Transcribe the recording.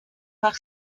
par